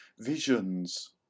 visions